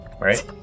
right